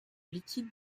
liquide